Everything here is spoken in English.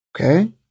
Okay